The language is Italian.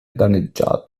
danneggiato